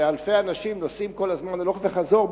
אלפי אנשים נוסעים כל הזמן הלוך וחזור,